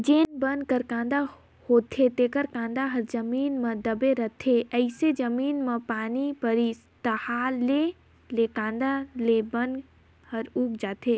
जेन बन कर कांदा होथे तेखर कांदा ह जमीन म दबे रहिथे, जइसे जमीन म पानी परिस ताहाँले ले कांदा ले बन ह उग जाथे